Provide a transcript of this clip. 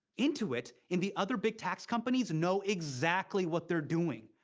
intuit and the other big tax companies know exactly what they're doing.